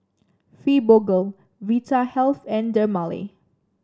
Fibogel Vitahealth and Dermale